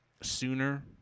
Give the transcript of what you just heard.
sooner